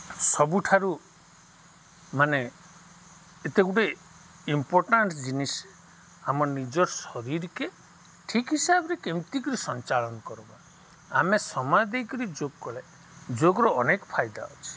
ସବୁଠାରୁ ମାନେ ଏତେ ଗୁଟେ ଇମ୍ପୋର୍ଟାଣ୍ଟ୍ ଜିନିଷ୍ ଆମର୍ ନିଜର୍ ଶରୀର୍କେ ଠିକ୍ ହିସାବ୍ରେ କେନ୍ତି କରି ସଞ୍ଚାଳନ୍ କର୍ବା ଆମେ ସମୟ ଦେଇକରି ଯୋଗ୍ କଲେ ଯୋଗ୍ର ଅନେକ ଫାଏଦା ଅଛେ